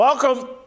Welcome